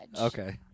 Okay